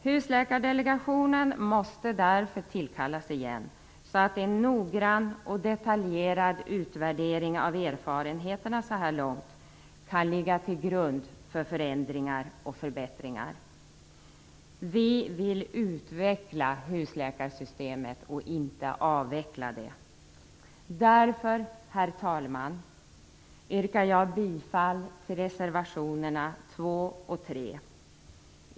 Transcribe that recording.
Husläkardelegationen måste därför tillkallas igen så att en noggrann och detaljerad utvärdering av erfarenheterna så här långt kan ligga till grund för förändringar och förbättringar. Vi vill utveckla husläkarsystemet och inte avveckla det. Herr talman! Därför yrkar jag bifall till reservationerna 2 och 3.